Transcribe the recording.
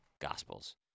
Gospels